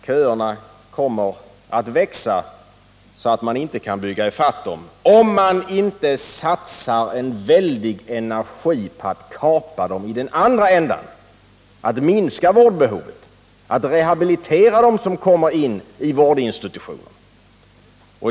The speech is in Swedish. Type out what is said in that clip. Köerna kommer att växa så, att man inte kan bygga i fatt dem, om man inte satsar mycket energi på att kapa köerna i den andra ändan — minska vårdbehovet och rehabilitera dem som kommer in i vårdinstitutionen.